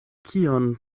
kion